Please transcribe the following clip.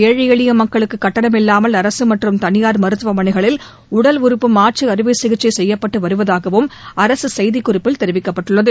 ஏழை எளிய மக்களுக்கு கட்டணமில்லாமல் அரசு மற்றும் தனியார் மருத்துவமனைகளில் உடல் உறுப்பு மாற்று அறுவை சிகிச்சை செய்யப்பட்டு வருவதாவும் அரசு செய்திக்குறிப்பில் தெரிவிக்கப்பட்டுள்ளது